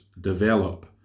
develop